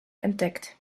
entdeckt